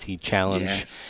Challenge